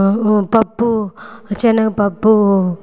పప్పు శనగ పప్పు